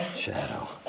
shadow